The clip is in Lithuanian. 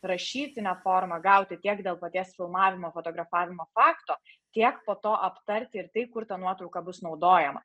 rašytine forma gauti tiek dėl paties filmavimo fotografavimo fakto tiek po to aptarti ir tai kur ta nuotrauka bus naudojama